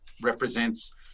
represents